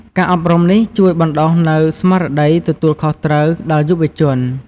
ការអប់រំនេះជួយបណ្ដុះនូវស្មារតីទទួលខុសត្រូវ ដល់យុវជន។